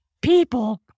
people